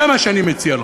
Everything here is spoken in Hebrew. זה מה שאני מציע לך.